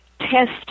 Test